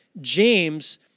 James